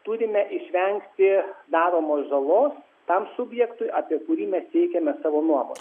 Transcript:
turime išvengti daromos žalos tam subjektui apie kurį mes teikiame savo nuomonę